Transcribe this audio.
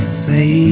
say